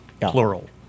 plural